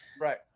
right